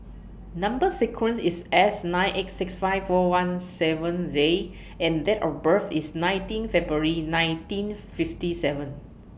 Number sequence IS S nine eight six five four one seven Z and Date of birth IS nineteen February nineteen fifty seven